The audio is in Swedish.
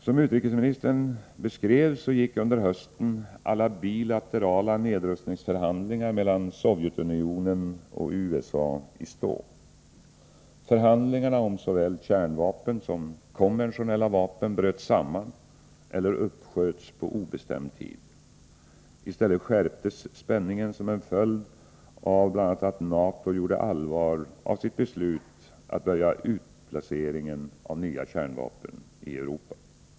Som utrikesministern beskrev gick under hösten alla bilaterala nedrustningsförhandlingar mellan Sovjetunionen och USA i stå. Förhandlingarna om såväl kärnvapen som konventionella vapen bröt samman eller uppsköts på obestämd tid. I stället skärptes spänningen, bl.a. som en följd av att NATO gjorde allvar av sitt beslut att börja utplaceringen av nya kärnvapen i Europa.